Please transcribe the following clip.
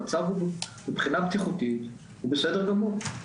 המצב, מבחינה בטיחותית הוא בסדר גמור.